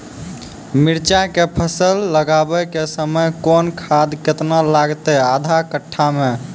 मिरचाय के फसल लगाबै के समय कौन खाद केतना लागतै आधा कट्ठा मे?